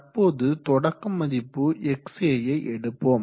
தற்போது தொடக்க மதிப்பு xk யை எடுப்போம்